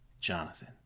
Jonathan